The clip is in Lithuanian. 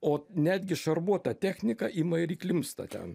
o netgi šarvuota technika ima ir įklimpsta ten